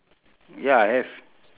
ya I have